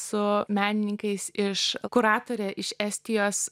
su menininkais iš kuratorė iš estijos